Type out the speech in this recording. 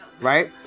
right